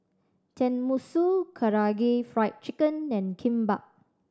Tenmusu Karaage Fried Chicken and Kimbap